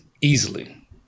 easily